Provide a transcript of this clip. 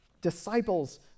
disciples